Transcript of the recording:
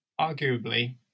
Arguably